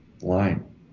line